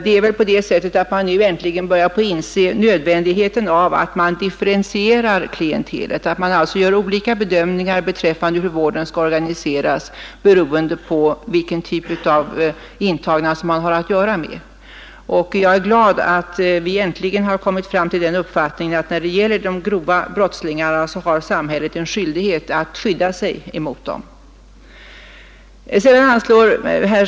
Det är väl snarare så att man nu äntligen börjar inse nödvändigheten av att differentiera klientelet och att göra olika bedömningar av hur vården skall organiseras beroende på vilken typ av intagna som man har att göra med. Jag är glad att vi äntligen har kommit fram till den uppfattningen att det är samhällets plikt att skydda sig mot de grova brottslingarna.